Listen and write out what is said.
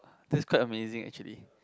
that's quite amazing actually